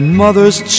mother's